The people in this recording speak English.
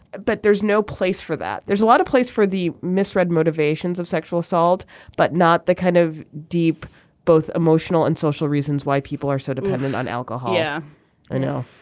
but there's no place for that. there's a lot of place for the misread motivations of sexual assault but not the kind of deep both emotional and social reasons why people are so dependent on alcohol yeah i know.